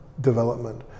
development